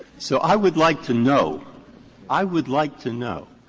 so i would like to know i would like to know,